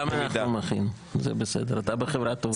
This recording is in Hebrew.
גם אנחנו מחינו, זה בסדר, אתה בחברה טובה.